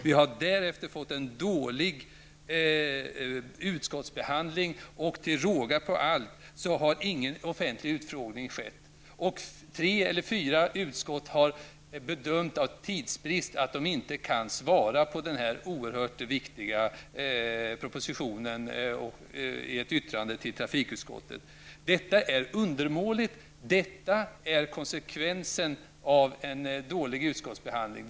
Därefter har vi fått en dålig utskottsbehandling, och till råga på allt har ingen offentlig utfrågning skett. Tre eller fyra utskott har av tidsbrist bedömt att de inte kan svara på den här oerhört viktiga propositionen i ett yttrande till trafikutskottet. Detta är undermåligt, och detta är konsekvensen av en dålig utskottsbehandling.